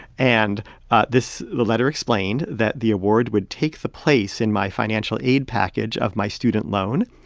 and this letter explained that the award would take the place in my financial aid package of my student loan.